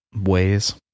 ways